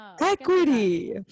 Equity